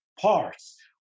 parts